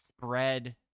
spread